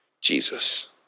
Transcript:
Jesus